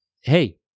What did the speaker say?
hey